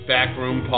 Backroom